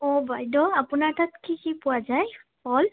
অ' বাইদেউ আপোনাৰ তাত কি কি পোৱা যায় ফল